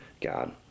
God